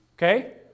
Okay